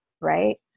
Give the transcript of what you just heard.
right